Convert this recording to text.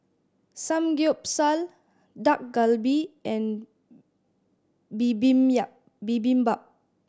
Samgeyopsal Dak Galbi and Bibimbap